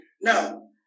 Now